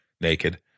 naked